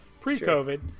pre-COVID